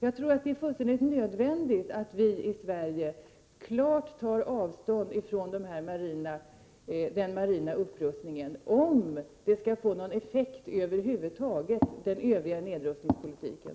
Det är enligt min mening nödvändigt att vi i Sverige klart tar avstånd från den marina upprustningen, om det över huvud taget skall få någon effekt på den övriga nedrustningspolitiken.